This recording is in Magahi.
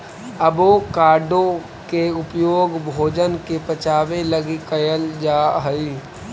एवोकाडो के उपयोग भोजन के पचाबे लागी कयल जा हई